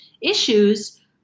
issues